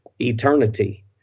eternity